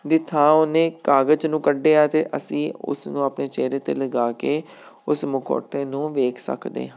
ਦੀ ਥਾਂ ਉਹਨੇ ਕਾਗਜ਼ ਨੂੰ ਕੱਢਿਆ ਅਤੇ ਅਸੀਂ ਉਸਨੂੰ ਆਪਣੇ ਚਿਹਰੇ 'ਤੇ ਲਗਾ ਕੇ ਉਸ ਮਖੌਟੇ ਨੂੰ ਵੇਖ ਸਕਦੇ ਹਾਂ